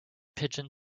pigeon